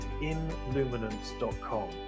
inluminance.com